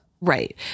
Right